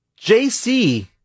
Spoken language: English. JC